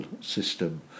system